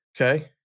Okay